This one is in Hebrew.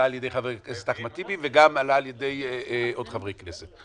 עלה על ידי חבר הכנסת אחמד טיבי וגם עלה על ידי עוד חברי כנסת.